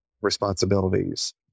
responsibilities